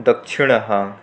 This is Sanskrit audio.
दक्षिणः